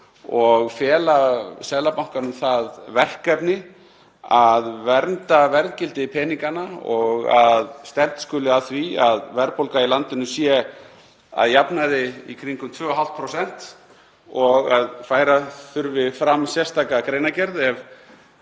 og fela Seðlabankanum það verkefni að vernda verðgildi peninganna og að stefnt skuli að því að verðbólga í landinu sé að jafnaði í kringum 2,5%, og að færa þurfi fram sérstaka greinargerð ef